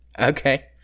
Okay